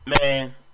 Man